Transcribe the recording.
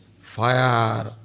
fire